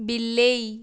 ବିଲେଇ